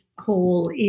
Hall